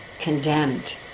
condemned